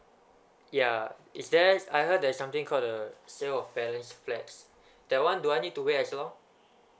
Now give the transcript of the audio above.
ya is there as I heard there's something called the sale of balance flats that one do I need to wait as well